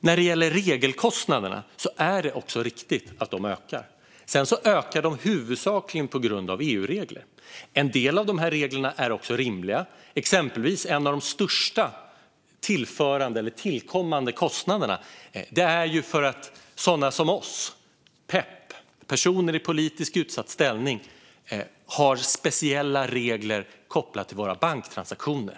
När det gäller regelkostnaderna är det också riktigt att de ökar, men huvudsakligen ökar de på grund av EU-regler. En del av de här reglerna är rimliga. Exempelvis är en av de största tillkommande kostnaderna att sådana som vi, PEP, alltså personer i politiskt utsatt ställning, har speciella regler kopplade till våra banktransaktioner.